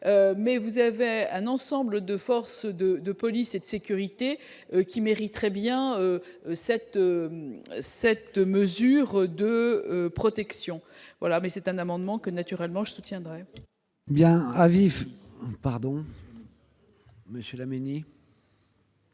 mais vous avez un ensemble de forces de de police et de sécurité qui mériterait bien cette, cette mesure de protection voilà mais c'est un amendement que naturellement je soutiendrai. Bien à vif, pardon monsieur Laménie.